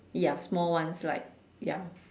ya small ones like ya